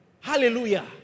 Hallelujah